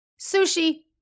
Sushi